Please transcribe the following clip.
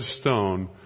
stone